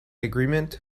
agreement